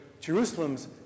Jerusalem's